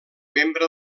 membre